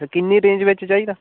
किन्नी रेंज बिच्च चाहिदा